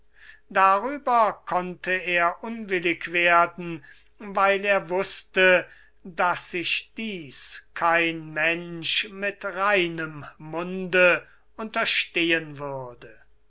darüber konnte er unwillig werden weil er wußte daß sich dies kein mensch mit reinem munde unterstehen würde